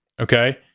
okay